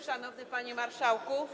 Szanowny Panie Marszałku!